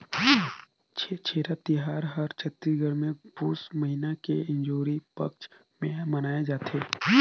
छेरछेरा तिहार हर छत्तीसगढ़ मे पुस महिना के इंजोरी पक्छ मे मनाए जथे